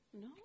No